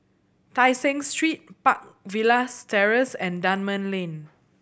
Tai Seng Street Park Villas Terrace and Dunman Lane